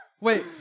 Wait